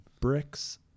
bricks